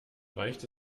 reicht